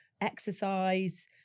exercise